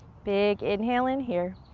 big inhale in here.